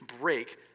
break